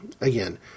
again